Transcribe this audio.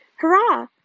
Hurrah